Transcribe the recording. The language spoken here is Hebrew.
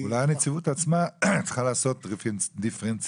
אולי הנציבות עצמה צריכה לעשות דיפרנציאציה